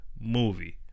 movie